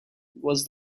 was